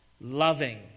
loving